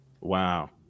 Wow